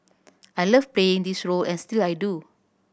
I love playing this role and I still do